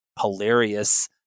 hilarious